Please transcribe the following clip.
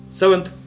seventh